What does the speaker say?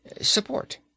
support